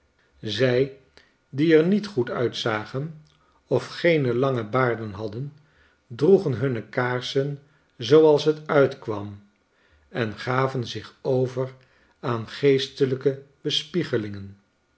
zij die er niet goed uitzagen of geene lange baarden hadden droegen hunne kaarsen zooals het uitkwam en gaven zich over aan geestelijke